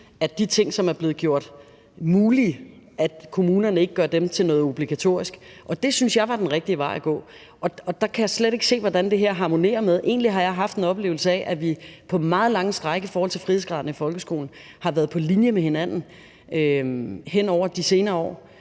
at de ting, der var blevet gjort mulige, blev gjort til noget obligatorisk. Det synes jeg var den rigtige vej at gå. Og jeg kan slet ikke se, hvordan det her harmonerer med det. Jeg har egentlig haft en oplevelse af, at vi på meget lange stræk i forhold til frihedsgraderne i folkeskolen i de senere år har været på linje med hinanden, og det gælder